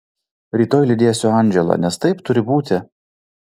rytoj lydėsiu andželą nes taip turi būti